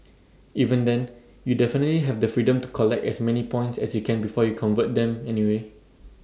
even then you definitely have the freedom to collect as many points as you can before you convert them anyway